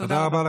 תודה רבה.